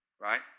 Right